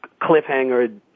cliffhanger